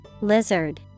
Lizard